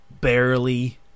barely